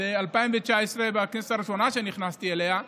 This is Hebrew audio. בכנסת הראשונה שנכנסתי אליה.